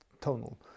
tonal